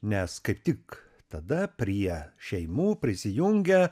nes kaip tik tada prie šeimų prisijungia